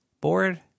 bored